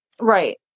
Right